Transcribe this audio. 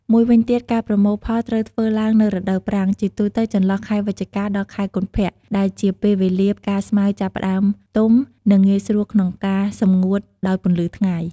មួយវិញទៀត ការប្រមូលផលត្រូវធ្វើឡើងនៅរដូវប្រាំង ជាទូទៅចន្លោះខែវិច្ឆិកា ដល់ខែកុម្ភៈ ដែលជាពេលវេលាផ្កាស្មៅចាប់ផ្ដើមទុំ និងងាយស្រួលក្នុងការសម្ងួតដោយពន្លឺថ្ងៃ។